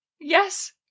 Yes